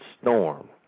storm